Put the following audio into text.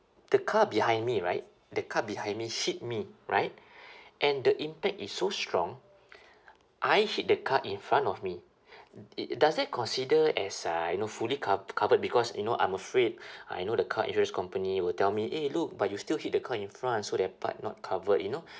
the car behind me right the car behind me hit me right and the impact is so strong I hit the car in front of me it does it consider as uh you know fully cov~ covered because you know I'm afraid uh you know the car insurance company will tell me eh look but you still hit the car in front so that part not covered you know